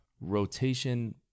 rotation